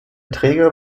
träger